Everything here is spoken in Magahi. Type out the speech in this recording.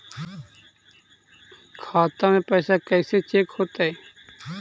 खाता में पैसा कैसे चेक हो तै?